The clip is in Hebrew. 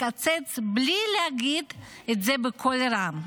לקצץ בלי להגיד את זה בקול רם.